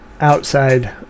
outside